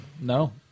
No